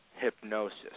hypnosis